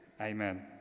Amen